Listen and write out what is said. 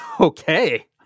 Okay